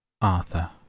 Arthur